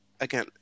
again